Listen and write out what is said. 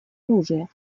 оружия